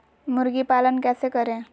मुर्गी पालन कैसे करें?